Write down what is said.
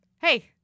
Hey